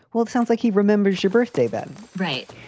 well, it sounds like he remembers your birthday then. right.